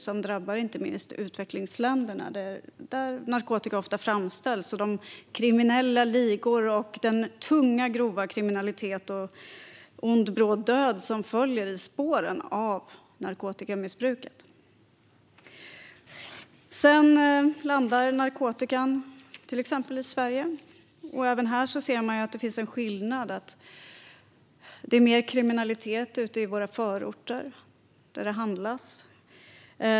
Den drabbar inte minst utvecklingsländerna, där narkotika ofta framställs. Kriminella ligor, tung, grov kriminalitet och ond bråd död följer i spåren av narkotikamissbruket. Narkotikan landar sedan till exempel i Sverige. Även här ser man att det finns en skillnad: Det finns mer kriminalitet ute i våra förorter, där det handlas.